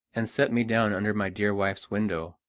and set me down under my dear wife's window.